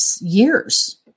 years